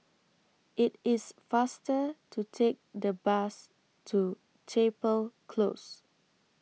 IT IS faster to Take The Bus to Chapel Close